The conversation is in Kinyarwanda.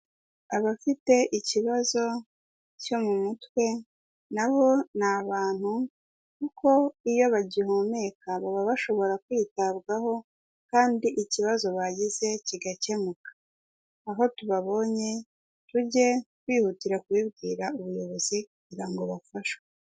Abafite ikibazo cyo mu mutwe, na bo ni abantu kuko iyo bagihumeka baba bashobora kwitabwaho kandi ikibazo bagize kigakemuka, aho tubabonye tujye twihutira kubibwira ubuyobozi kugira ngo bafashwe.